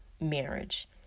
marriage